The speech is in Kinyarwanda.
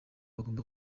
bagomba